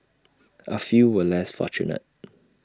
A few were less fortunate